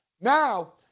Now